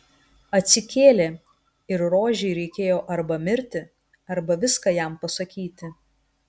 atsikėlė ir rožei reikėjo arba mirti arba viską jam pasakyti